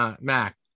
Mac